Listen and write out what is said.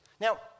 Now